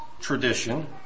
tradition